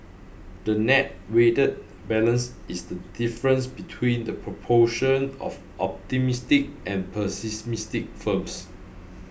the net weighted balance is the difference between the proportion of optimistic and pessimistic firms